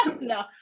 No